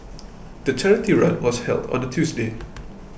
the charity run was held on a Tuesday